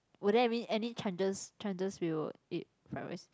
were there any any chances chances we will eat fried rice